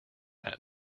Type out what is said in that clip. that